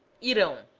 edo